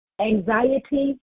Anxiety